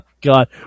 God